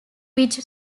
which